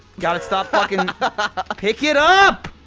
gotta stop fucking and ah pick it up!